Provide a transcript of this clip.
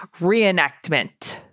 reenactment